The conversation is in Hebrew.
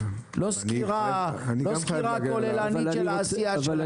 לא סקירה כוללנית של עשייה שלכם.